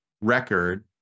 record